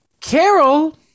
Carol